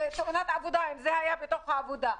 כתאונת עבודה אם זה היה במהלך העבודה.